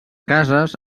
cases